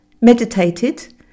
meditated